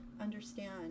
understand